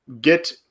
get